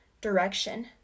direction